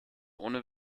ohne